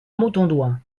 montaudoin